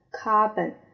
carbon